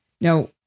Now